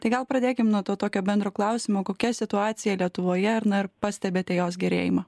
tai gal pradėkim nuo to tokio bendro klausimo kokia situacija lietuvoje ar na ar pastebite jos gerėjimą